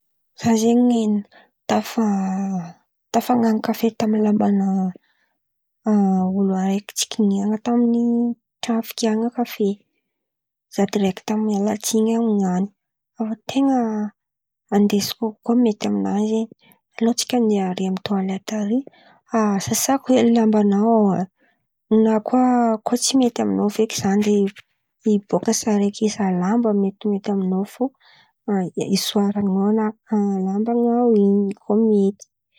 Zah zen̈y tafa tafan̈an̈o kafe taminà lambanà olo araiky, tsy kinian̈a, tamin'ny tran̈o figiahan̈a kafe. Zah direkta miala tsin̈y amin̈any, ten̈y andesiko koa mety amin̈any zen̈y: alô antsika andeha arìa amin̈'ny toalety arìa. Sasàko hely lamban̈ao na koa koa tsy mety amin̈ao feky, zah andeha hiboaka saraiky hizaha lamba metimety amin̈ao fô isoaran̈a ao lamban̈ao in̈y koa mety.